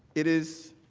it is